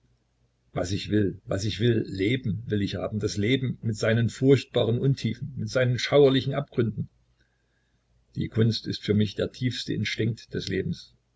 was ich will was ich will leben will ich haben das leben mit seinen furchtbaren untiefen mit seinen schauerlichen abgründen die kunst ist für mich der tiefste instinkt des lebens